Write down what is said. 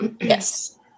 Yes